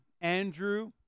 Andrew